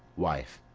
wife.